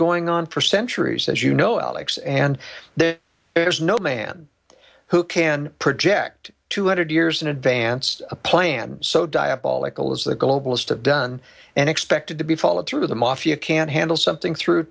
going on for centuries as you know alex and that there's no man who can project two hundred years in advance a plan so diabolical as the globalist have done and expected to be followed through the mafia can't handle something through